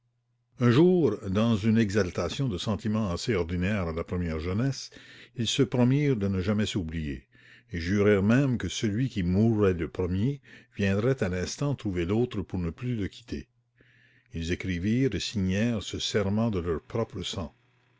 un jour dans une exaltation de sentiment assez ordinaire à la première jeunesse ils se promirent de ne jamais s'oublier et jurèrent même que celui qui mourrait le premier viendrait à l'instant trouver l'autre pour ne plus le quitter ils écrivirent et signèrent ce serment de leur propre sang